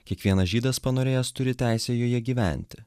kiekvienas žydas panorėjęs turi teisę joje gyventi